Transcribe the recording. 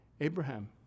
Abraham